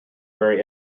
very